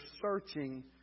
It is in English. searching